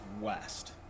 west